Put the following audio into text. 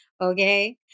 Okay